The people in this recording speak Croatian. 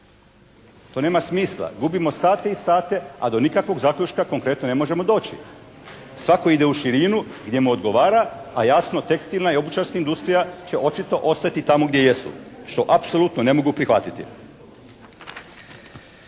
to nema smisla. Gubimo sate i sate, a do nikakvog zaključka konkretno ne možemo doći. Svatko ide u širinu, gdje mu odgovara, a jasno tekstilna i obućarska industrija će očito ostati tamo gdje jesu što apsolutno ne mogu prihvatiti.